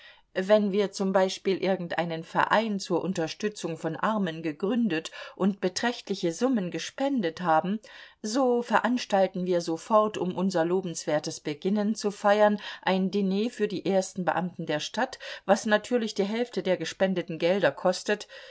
wenn wir zum beispiel irgendeinen verein zur unterstützung von armen gegründet und beträchtliche summen gespendet haben so veranstalten wir sofort um unser lobenswertes beginnen zu feiern ein diner für die ersten beamten der stadt was natürlich die hälfte der gespendeten gelder kostet